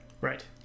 Right